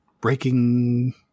breaking